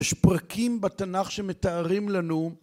יש פרקים בתנ״ך שמתארים לנו